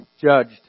judged